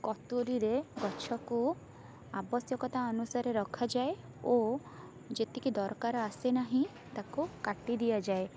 କତୁରୀରେ ଗଛକୁ ଆବଶ୍ୟକତା ଅନୁସାରରେ ରଖାଯାଏ ଓ ଯେତିକି ଦରକାରରେ ଆସେ ନାହିଁ ତାକୁ କାଟି ଦିଆଯାଏ